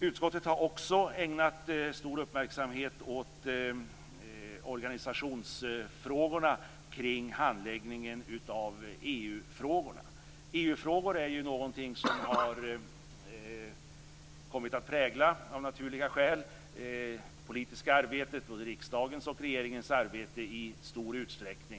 Utskottet har också ägnat stor uppmärksamhet åt organisationsfrågorna kring handläggningen av EU frågorna. EU-frågor är ju någonting som av naturliga skäl har kommit att prägla riksdagens och regeringens politiska arbete i stor utsträckning.